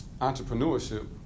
entrepreneurship